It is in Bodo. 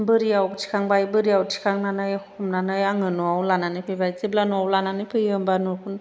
बोरियाव थिखांबाय बोरियाव थिखांनानै हमनानै आङो न'आव लानानै फैबाय जेब्ला न'आव लानानै फैयो होमबा न'खरनि